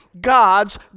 God's